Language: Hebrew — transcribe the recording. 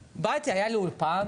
באתי לארץ והיה לי אולפן,